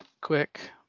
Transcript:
quick